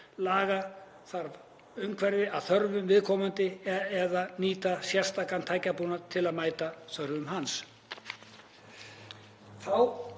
laga þarf umhverfi að þörfum viðkomandi eða nýta sérstakan tæknibúnað til að mæta þörfum hans.